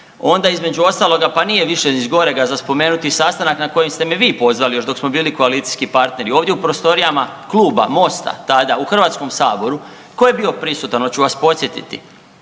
onda između ostaloga pa nije više zgorega za spomenuti i sastanak na koji ste me vi pozvali još dok smo bili koalicijski partneri ovdje u prostorijama Kluba MOST-a tada u Hrvatskom saboru. Tko je bio prisutan, hoću vas podsjetiti?